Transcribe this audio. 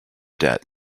debt